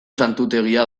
santutegia